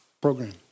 program